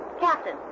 Captain